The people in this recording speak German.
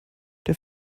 der